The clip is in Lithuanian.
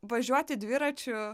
važiuoti dviračiu